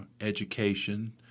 education